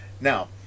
Now